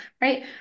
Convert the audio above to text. right